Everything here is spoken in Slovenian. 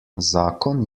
zakon